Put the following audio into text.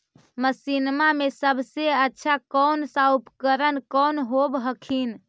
मसिनमा मे सबसे अच्छा कौन सा उपकरण कौन होब हखिन?